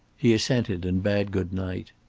he assented and bade good-night.